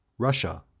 russia,